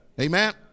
Amen